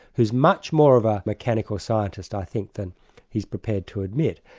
who is much more of a mechanical scientist, i think. than he's prepared to admit.